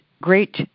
great